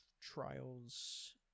trials